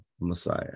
messiah